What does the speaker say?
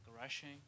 rushing